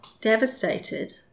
devastated